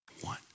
One